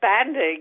expanding